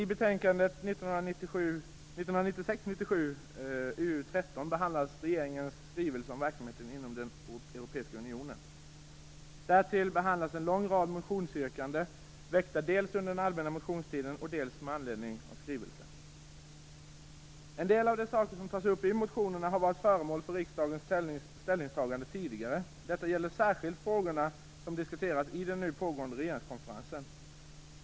Fru talman! I betänkandet 1996/97:UU13 behandlas regeringens skrivelse om verksamheten inom Europeiska unionen. Därtill behandlas en lång rad motionsyrkanden väckta dels under den allmänna motionstiden, dels med anledning av skrivelsen. En del av de saker som tas upp i motionerna har varit föremål för riksdagens ställningstagande tidigare. Detta gäller särskilt frågorna som diskuteras i den nu pågående regeringskonferensen.